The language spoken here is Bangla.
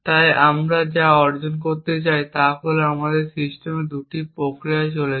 তাই আমরা যা অর্জন করতে চাই তা হল আমাদের সিস্টেমে 2টি প্রক্রিয়া চলছে